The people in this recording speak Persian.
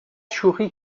شوخی